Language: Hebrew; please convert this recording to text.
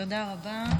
תודה רבה,